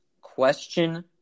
Question